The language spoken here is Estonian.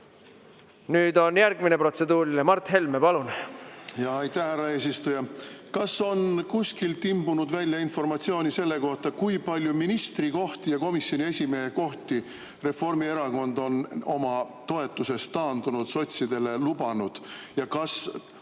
Nüüd on järgmine protseduuriline. Mart Helme, palun! Aitäh, härra eesistuja! Kas on kuskilt imbunud välja informatsiooni selle kohta, kui palju ministrikohti ja komisjoni esimehe kohti Reformierakond on oma toetusest taandunud sotsidele lubanud? Ja kas